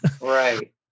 Right